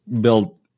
build